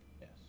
Yes